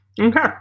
Okay